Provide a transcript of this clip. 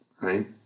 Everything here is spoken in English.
right